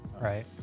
Right